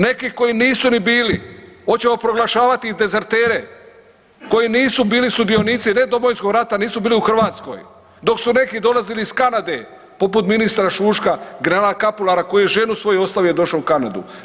Neki koji nisu ni bili, hoćemo proglašavati i dezertere koji nisu bili sudionici ne Domovinskog rata, nisu bili u Hrvatskoj dok su neki dolazili iz Kanade poput ministra Šuška, generala Kapulara koji je ženu svoju ostavio došao u Kanadu.